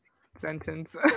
sentence